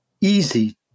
easy